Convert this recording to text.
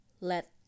let